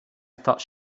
thought